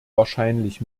wahrscheinlich